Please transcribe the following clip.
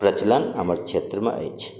प्रचलन हमर क्षेत्रमे अछि